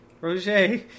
Roger